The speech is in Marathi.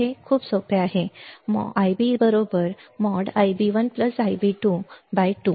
सूत्र खूप सोपे आहे Ib । Ib1Ib2 ।2